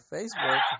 Facebook